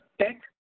tech